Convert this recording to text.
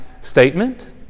statement